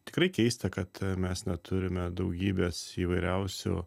tikrai keista kad mes neturime daugybės įvairiausių